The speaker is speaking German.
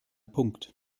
punkt